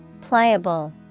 Pliable